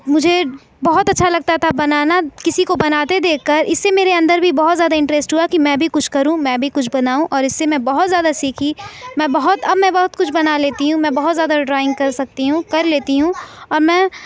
مجھے بہت اچھا لگتا تھا بنانا کسی کو بناتے دیکھ کر اس سے میرے اندر بھی بہت زیادہ انٹرسٹ ہوا کہ میں بھی کچھ کروں میں بھی کچھ بناؤں اور اس سے میں بہت زیادہ سیکھی میں بہت اب میں بہت کچھ بنا لیتی ہوں میں بہت زیادہ ڈرائنگ کر سکتی ہوں کر لیتی ہوں اور میں